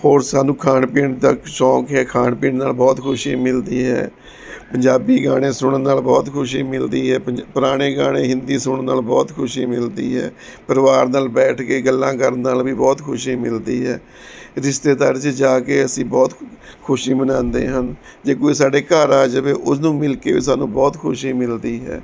ਹੋਰ ਸਾਨੂੰ ਖਾਣ ਪੀਣ ਤੱਕ ਸੌਂਕ ਹੈ ਖਾਣ ਪੀਣ ਨਾਲ ਬਹੁਤ ਖੁਸ਼ੀ ਮਿਲਦੀ ਹੈ ਪੰਜਾਬੀ ਗਾਣੇ ਸੁਣਨ ਨਾਲ ਬਹੁਤ ਖੁਸ਼ੀ ਮਿਲਦੀ ਹੈ ਪ ਪੁਰਾਣੇ ਗਾਣੇ ਹਿੰਦੀ ਸੁਣਨ ਨਾਲ ਬਹੁਤ ਖੁਸ਼ੀ ਮਿਲਦੀ ਹੈ ਪਰਿਵਾਰ ਨਾਲ ਬੈਠ ਕੇ ਗੱਲਾਂ ਕਰਨ ਨਾਲ ਵੀ ਬਹੁਤ ਖੁਸ਼ੀ ਮਿਲਦੀ ਹੈ ਰਿਸ਼ਤੇਦਾਰੀ 'ਚ ਜਾ ਕੇ ਅਸੀਂ ਬਹੁਤ ਖੁਸ਼ੀ ਮਨਾਉਂਦੇ ਹਨ ਜੇ ਕੋਈ ਸਾਡੇ ਘਰ ਆ ਜਾਵੇ ਉਸਨੂੰ ਮਿਲ ਕੇ ਵੀ ਸਾਨੂੰ ਬਹੁਤ ਖੁਸ਼ੀ ਮਿਲਦੀ ਹੈ